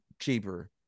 cheaper